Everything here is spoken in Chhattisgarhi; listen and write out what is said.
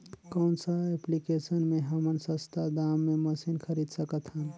कौन सा एप्लिकेशन मे हमन सस्ता दाम मे मशीन खरीद सकत हन?